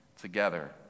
together